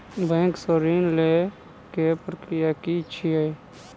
Bank सऽ ऋण लेय केँ प्रक्रिया की छीयै?